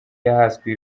yahaswe